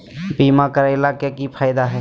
बीमा करैला के की फायदा है?